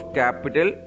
capital